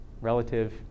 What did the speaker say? relative